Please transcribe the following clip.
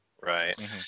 right